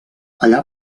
allà